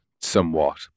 somewhat